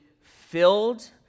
filled